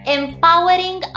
empowering